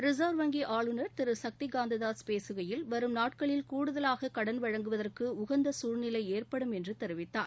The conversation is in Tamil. ரிசர்வ் வங்கி ஆளுநர் திரு சக்தி காந்த தாஸ் பேசுகையில் வரும் நாட்களில் கூடுதலாக கடன் வழங்குவதற்கு உகந்த சூழ்நிலை ஏற்படும் என்று தெரிவித்தார்